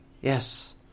Yes